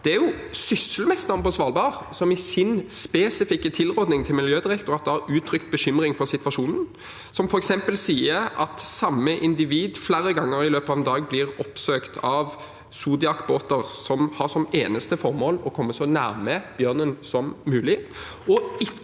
Det er Sysselmesteren på Svalbard som i sin spesifikke tilrådning til Miljødirektoratet har uttrykt bekymring for situasjonen, som f.eks. sier at samme individ flere ganger i løpet av en dag blir oppsøkt av Zodiac-båter som har som eneste formål å komme så nær bjørnen som mulig, og han